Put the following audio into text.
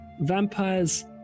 vampires